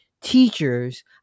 teachers